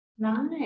Nice